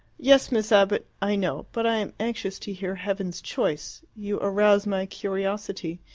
yes, miss abbott, i know. but i am anxious to hear heaven's choice. you arouse my curiosity.